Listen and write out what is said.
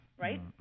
right